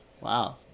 Wow